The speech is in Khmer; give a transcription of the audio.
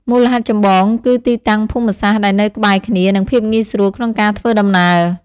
មូលហេតុចម្បងគឺទីតាំងភូមិសាស្ត្រដែលនៅក្បែរគ្នា និងភាពងាយស្រួលក្នុងការធ្វើដំណើរ។